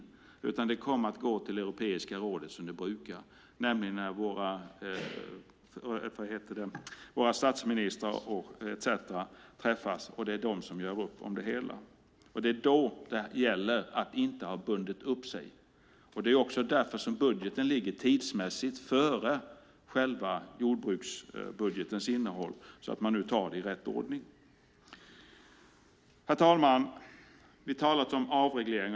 Det kommer i stället att gå till Europeiska rådet, som det brukar, där våra statsministrar etcetera träffas. Det är de som gör upp om det hela. Det är då det gäller att inte ha bundit upp sig. Det är också därför budgeten ligger tidsmässigt före själva jordbruksbudgetens innehåll, så att man tar det i rätt ordning. Herr talman! Vi har talat om avregleringar.